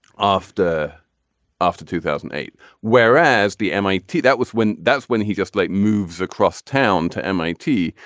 after after two thousand and eight whereas the m i t. that was when that's when he just like moves across town to m i t.